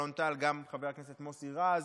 אלון טל וגם חברי הכנסת מוסי רז,